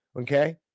okay